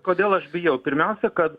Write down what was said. kodėl aš bijau pirmiausia kad